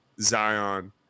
Zion